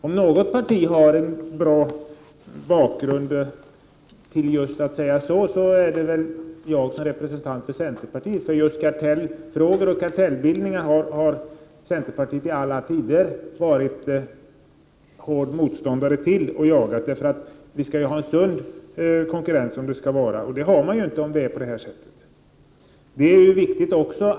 Om någon har god grund att säga just på det viset är det väl jag som representant för centerpartiet. Just kartellbildningar har centerpartiet i alla tider varit hård motståndare till. Vi skall ju ha en sund konkurrens, men det har vi inte om det skall vara på det sätt som vi har diskuterat här.